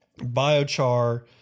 Biochar